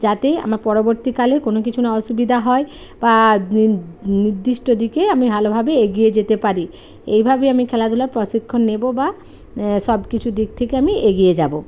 যাতে আমার পরবর্তীকালে কোনও কিছু না অসুবিধা হয় বা নির্দিষ্ট দিকে আমি ভালোভাবে এগিয়ে যেতে পারি এইভাবে আমি খেলাধূলার প্রশিক্ষণ নেব বা সব কিছু দিক থেকে আমি এগিয়ে যাব